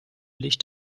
licht